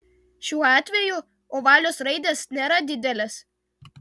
šiuo atveju ovalios raidės nėra didelės